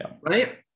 Right